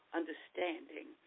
understanding